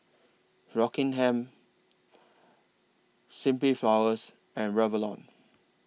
Rockingham Simply Flowers and Revlon